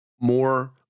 more